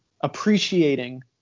appreciating